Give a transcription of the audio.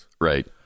right